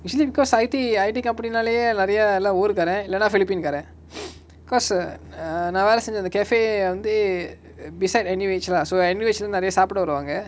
usually because I_T I_T company நாளே நெரய எல்லா ஊர்காரன் இல்லனா:naale neraya ella oorkaaran illanaa philippine காரன்:kaaran cause a err நா வேல செஞ்ச அந்த:na vela senja antha cafe வந்து:vanthu beside N_U_H lah so N_U_H lah இருந்து நெரய சாப்ட வருவாங்க:irunthu neraya saapda varuvaanga